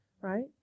right